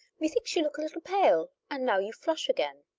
methinks you look a little pale, and now you flush again.